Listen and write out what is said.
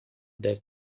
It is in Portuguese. deve